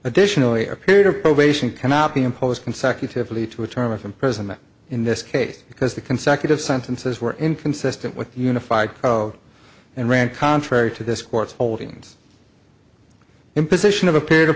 additionally a period of probation cannot be imposed consecutively to a term of imprisonment in this case because the consecutive sentences were inconsistent with unified code and ran contrary to this court's holdings imposition of a period of